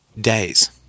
days